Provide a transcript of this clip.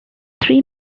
three